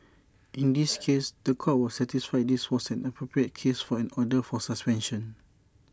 in this case The Court was satisfied this was an appropriate case for an order for suspension